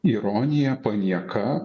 ironija panieka